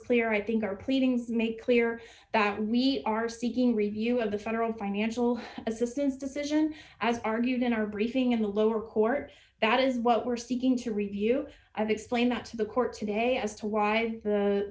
clear i think our pleadings make clear that we are seeking review of the federal financial assistance decision as argued in our briefing in the lower court that is what we're seeking to review i've explained that to the court today as to why the